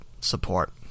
support